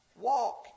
Walk